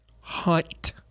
Hunt